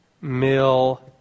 Mill